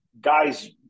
guys